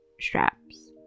straps